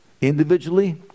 individually